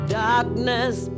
darkness